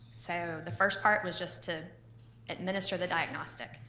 so the first part was just to administer the diagnostic.